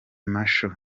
martial